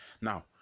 now